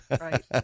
Right